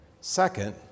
Second